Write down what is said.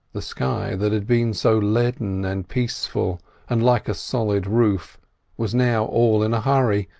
the sky that had been so leaden and peaceful and like a solid roof was now all in a hurry,